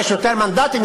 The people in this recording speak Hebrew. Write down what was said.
יש יותר מנדטים,